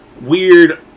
weird